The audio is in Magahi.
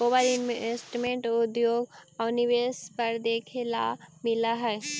ओवर इन्वेस्टमेंट उपभोग आउ निवेश पर देखे ला मिलऽ हई